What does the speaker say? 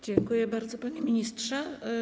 Dziękuję bardzo, panie ministrze.